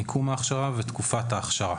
מיקום ההכשרה ותקופת ההכרה.